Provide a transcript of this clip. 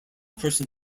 person